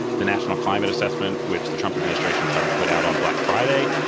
the national climate assessment, which the trump administration tried to put out on black friday,